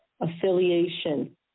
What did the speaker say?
affiliation